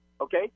Okay